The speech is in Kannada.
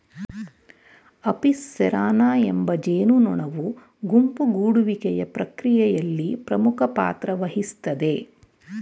ಅಪಿಸ್ ಸೆರಾನಾ ಎಂಬ ಜೇನುನೊಣವು ಗುಂಪು ಗೂಡುವಿಕೆಯ ಪ್ರಕ್ರಿಯೆಯಲ್ಲಿ ಪ್ರಮುಖ ಪಾತ್ರವಹಿಸ್ತದೆ